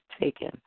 taken